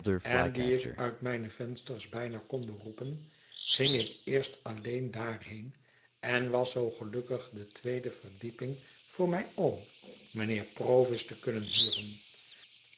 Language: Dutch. en die ik uit mijne vensters bijna kon beroepen ging ik eerst alleen daarheen en was zoo gelukkig de tweede verdieping voor mijn oom mijnheer provis te kunnen huren